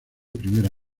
primera